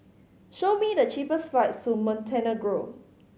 show me the cheapest flights to Montenegro